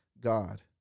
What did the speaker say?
God